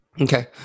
Okay